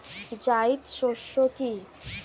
জায়িদ শস্য কি?